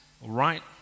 right